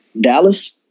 Dallas